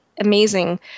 amazing